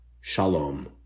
Shalom